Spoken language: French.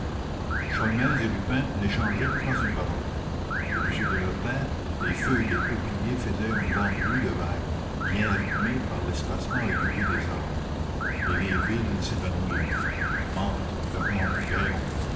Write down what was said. sholmès et lupin n'échangeaient pas une parole au-dessus de leurs têtes les feuilles des peupliers faisaient un grand bruit dé vagues bien rythmé par l'espacement régulier des arbres et des villes s'évanouirent mantes vernon gaillon